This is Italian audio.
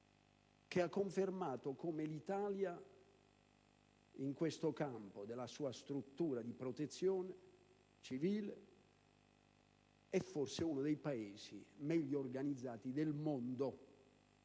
che ha confermato come l'Italia nel campo della struttura di protezione civile sia forse uno dei Paesi meglio organizzati del mondo.